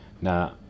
Now